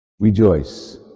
Rejoice